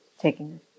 taking